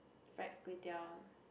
fried kway-teow